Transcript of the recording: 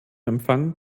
empfang